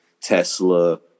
Tesla